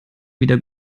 wieder